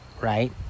right